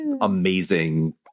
amazing